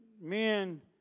Men